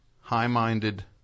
high-minded